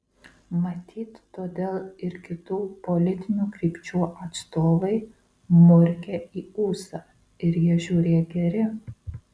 matyt todėl ir kitų politinių krypčių atstovai murkia į ūsą ir jie žiūrėk geri